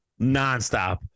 nonstop